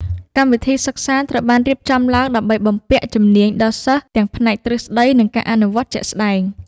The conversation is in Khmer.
កម្មវិធីសិក្សាត្រូវបានរៀបចំឡើងដើម្បីបំពាក់ជំនាញដល់សិស្សទាំងផ្នែកទ្រឹស្តីនិងការអនុវត្តជាក់ស្តែង។